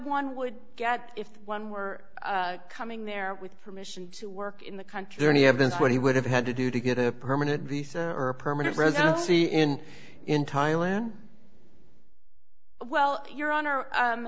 one would get if one were coming there with permission to work in the country or any evidence what he would have had to do to get a permanent or permanent residency and in thailand well your honor